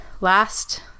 last